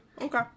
Okay